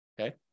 Okay